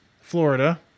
Florida